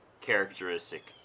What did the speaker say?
characteristic